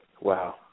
Wow